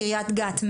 קריית גת,